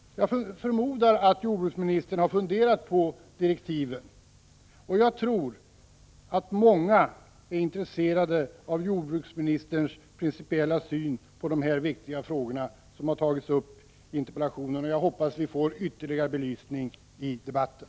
Jag förmodar att jordbruksministern har funderat på direktiven. Jag tror att många är intresserade av jordbruksministerns principiella syn på de viktiga frågor som har tagits upp i interpellationen och som jag hoppas att vi får belysta ytterligare senare i debatten.